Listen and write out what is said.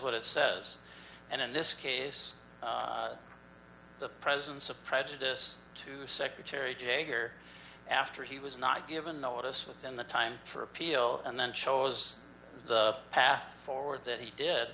what it says and in this case the presence of prejudice to the secretary jager after he was not given notice within the time for appeal and then chose the path forward that he did